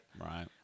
Right